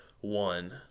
One